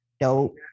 dope